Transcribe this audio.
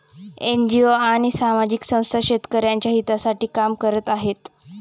NGO आणि सामाजिक संस्था शेतकऱ्यांच्या हितासाठी काम करत आहेत